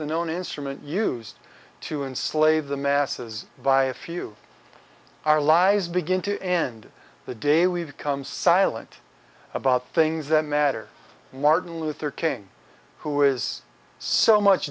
the known instrument used to enslave the masses by a few our lives begin to end the day we've become silent about things that matter martin luther king who is so much